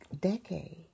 decade